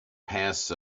passed